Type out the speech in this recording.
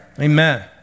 amen